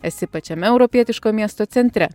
esi pačiame europietiško miesto centre